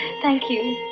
thank you.